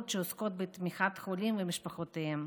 שעוסקים בתמיכה בחולים ומשפחותיהם.